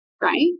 right